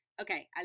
Okay